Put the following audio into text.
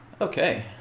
Okay